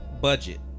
budget